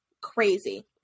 crazy